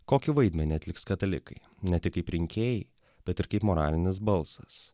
kokį vaidmenį atliks katalikai ne tik kaip rinkėjai bet ir kaip moralinis balsas